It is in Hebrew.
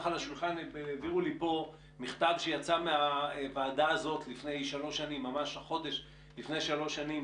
העבירו לי פה מכתב שיצא מהוועדה הזאת ממש החודש לפני שלוש שנים,